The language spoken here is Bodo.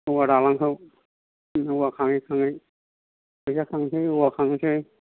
औवा दालांखौ औवा खाङै खाङै फैसा खांसै औवा खांसै